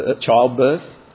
childbirth